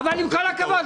עם כל הכבוד,